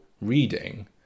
reading